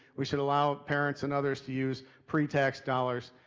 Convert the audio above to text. we should allow parents and others to use pre-tax dollars,